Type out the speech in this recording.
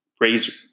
razor